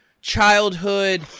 childhood